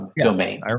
domain